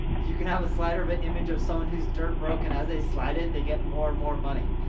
you can have a slider of an image of someone who's dirt broke and as they slide it, they get more and more money.